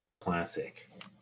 Classic